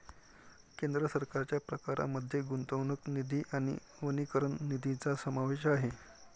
केंद्र सरकारच्या प्रकारांमध्ये गुंतवणूक निधी आणि वनीकरण निधीचा समावेश आहे